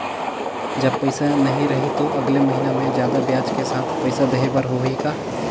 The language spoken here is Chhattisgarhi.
जब पइसा नहीं रही तो अगले महीना मे जादा ब्याज के साथ पइसा देहे बर होहि का?